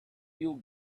you